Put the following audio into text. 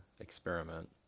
experiment